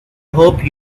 hope